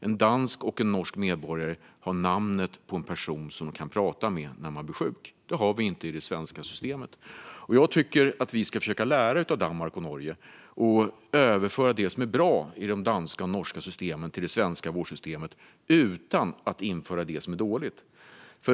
En dansk och en norsk medborgare har namnet på en person som de kan prata med när de blir sjuka. Det har vi inte i det svenska systemet. Jag tycker att vi ska försöka lära av Danmark och Norge och överföra det som är bra i de danska och norska systemen till det svenska vårdsystemet utan att införa det som är dåligt.